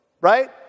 Right